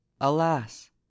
alas